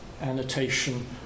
annotation